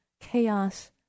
chaos